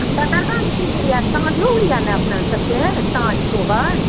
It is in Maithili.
आ तकर बाद की होइए साँझोँ होइए ने अपनासभके साँझ कोहबर